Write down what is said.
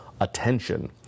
attention